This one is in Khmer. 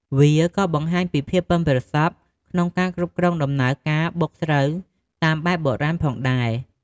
វាក៏បង្ហាញពីភាពប៉ិនប្រសប់ក្នុងការគ្រប់គ្រងដំណើរការបុកស្រូវតាមបែបបុរាណផងដែរ។